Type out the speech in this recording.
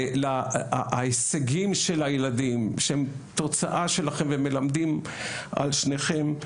להישגים של הילדים שהם תוצאה שלכם ומלמדים על שניכם,